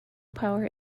power